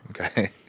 Okay